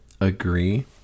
agree